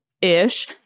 Ish